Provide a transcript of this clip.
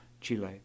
Chile